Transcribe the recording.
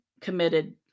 committed